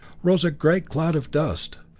rose a great cloud of dust.